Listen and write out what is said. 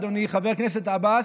אדוני חבר הכנסת עבאס,